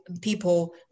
people